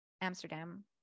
Amsterdam